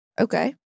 okay